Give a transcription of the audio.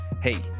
hey